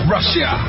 Russia